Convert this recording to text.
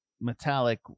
Metallic